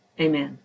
amen